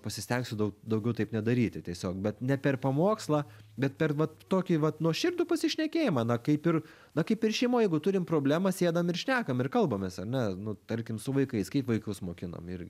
pasistengsiu daug daugiau taip nedaryti tiesiog bet ne per pamokslą bet per va tokį vat nuoširdų pasišnekėjimą na kaip ir na kaip ir šeimoj jeigu turim problemą sėdam ir šnekam ir kalbamės ar ne nu tarkim su vaikais kaip vaikus mokinam ir